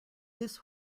this